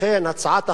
לכן הצעת החוק,